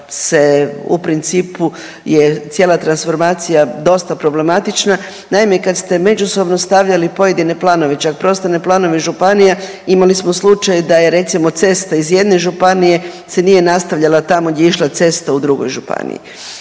u principu, cijela transformacija dosta problematična. Naime, kad ste međusobno stavljali pojedine planove, čak prostorne planove županija, imali smo slučaj da je, recimo, cesta iz jedne županije se nije nastavljala tamo gdje je išla cesta u drugoj županiji